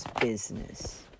business